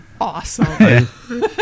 awesome